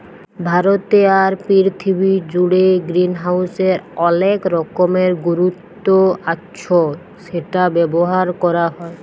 ভারতে আর পীরথিবী জুড়ে গ্রিনহাউসের অলেক রকমের গুরুত্ব আচ্ছ সেটা ব্যবহার ক্যরা হ্যয়